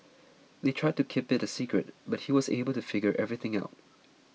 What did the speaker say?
they tried to keep it a secret but he was able to figure everything out